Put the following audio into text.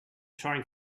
trying